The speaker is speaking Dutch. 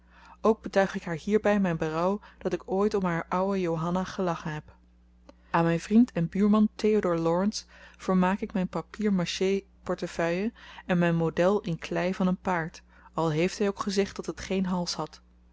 ook betuig ik haar hierbij mijn berouw dat ik ooit om haar ouwe johanna gelachen heb aan mijn vriend en buurman theodoor laurence vermaak ik mijn papiermaarsjee portefeuille en mijn model in klei van een paard al heeft hij ook gezegd dat het geen hals had